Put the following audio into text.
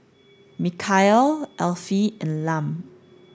Michaele Alfie and Lum